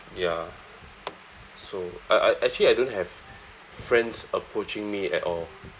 ya so I I actually I don't have friends approaching me at all